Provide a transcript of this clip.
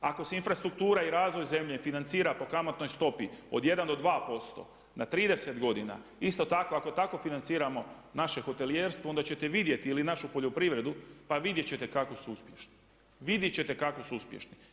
Ako se infrastruktura i razvoj zemlje financira po kamatnoj stopi od 1 do 2% na 30 godina, isto tako ako tako financiramo naše hotelijerstvo onda ćete vidjeti ili našu poljoprivredu, pa vidjeti ćete kako su uspješni, vidjeti ćete kako su uspješni.